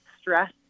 stress